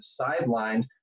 sidelined